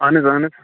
اَہَن حظ اَہَن حظ